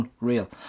unreal